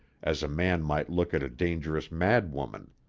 as a man might look at a dangerous madwoman.